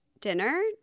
dinner